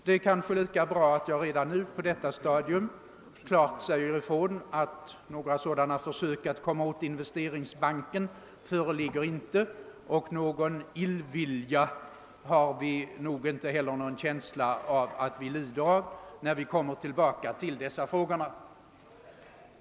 Det är kanske lika bra att jag redan på detta stadium säger ifrån att några försök att komma åt Investeringsbanken inte föreligger och att vi heller inte ger uttryck för någon illvilja när vi kommer tillbaka till dessa frågor.